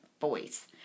voice